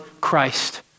Christ